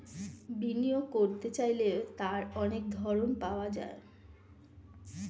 বিনিয়োগ করতে চাইলে তার অনেক ধরন পাওয়া যায়